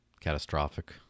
Catastrophic